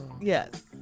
Yes